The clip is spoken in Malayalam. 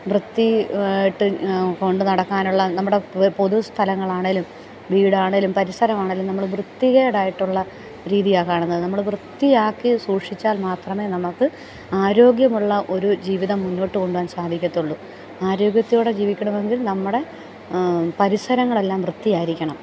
വൃത്തി ആയിട്ട് കൊണ്ടുനടക്കാനുള്ള നമ്മുടെ പൊതു സ്ഥലങ്ങൾ ആണെങ്കിലും വീട് ആണെങ്കിലും പരിസരം ആണെങ്കിലും നമ്മൾ വൃത്തികേടായിട്ടുള്ള രീതിയാണ് കാണുന്നത് നമ്മൾ വൃത്തിയാക്കി സൂക്ഷിച്ചാൽ മാത്രമേ നമുക്ക് ആരോഗ്യമുള്ള ഒരു ജീവിതം മുന്നോട്ട് കൊണ്ടുപോവാൻ സാധിക്കുള്ളൂ ആരോഗ്യത്തോടെ ജീവിക്കണമെങ്കിൽ നമ്മുടെ പരിസരങ്ങളെല്ലാം വൃത്തിയായിരിക്കണം